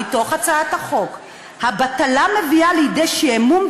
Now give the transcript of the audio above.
מתוך הצעת החוק: "הבטלה מביאה לידי שעמום,